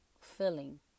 filling